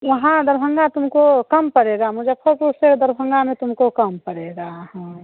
यहाँ दरभंगा तुमको कम पड़ेगा मुजफ्फ़रपुर से दरभंगा में तुमको कम पड़ेगा हाँ